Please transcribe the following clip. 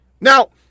Now